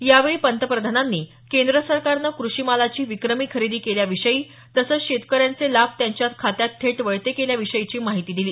यावेळी पंतप्रधानांनी केंद्र सरकारनं कृषी मालाची विक्रमी खरेदी केल्याविषयी तसंच शेतकऱ्यांचे लाभ त्यांच्या खात्यात थेट वळते केल्याविषयीची माहिती दिली